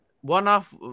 one-off